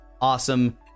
awesome